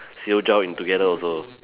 see you drown in together also